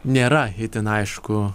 nėra itin aišku